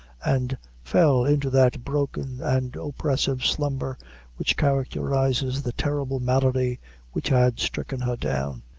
and fell into that broken and oppressive slumber which characterizes the terrible malady which had stricken her down.